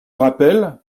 rappelle